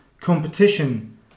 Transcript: competition